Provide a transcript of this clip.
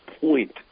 point